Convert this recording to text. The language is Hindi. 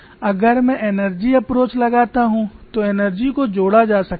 अगर मैं एनर्जी अप्रोच लगाता हूं तो एनर्जी को जोड़ा जा सकता है